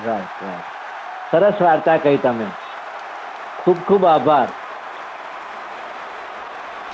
right right સરસ વાર્તા કહી તમે ખૂબ ખૂબ આભાર